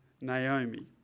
Naomi